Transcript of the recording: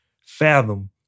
fathom